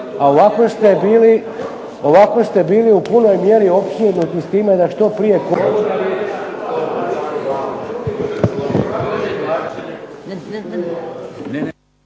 a ovako ste bili u punoj mjeri opsjednuti s time da što prije